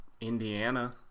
Indiana